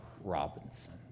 Robinson